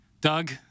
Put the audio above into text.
Doug